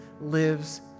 lives